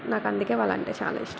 నాకు అందుకే వాళ్ళంటే చాలా ఇష్టం